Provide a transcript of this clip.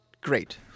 great